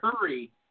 hurry